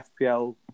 fpl